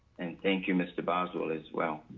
and thank you, mr. boswell as well.